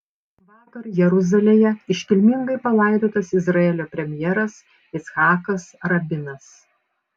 vakar jeruzalėje iškilmingai palaidotas izraelio premjeras icchakas rabinas